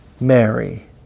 Mary